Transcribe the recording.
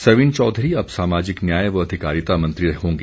सरवीण चौधरी अब सामाजिक न्याय व अधिकारिता मंत्री होंगी